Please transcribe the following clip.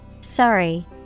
Sorry